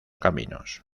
caminos